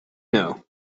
know